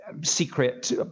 secret